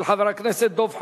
של חבר הכנסת דב חנין,